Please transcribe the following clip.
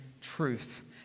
truth